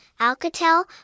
Alcatel